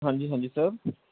ਹਾਂਜੀ ਹਾਂਜੀ ਸਰ